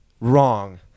Wrong